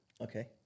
Okay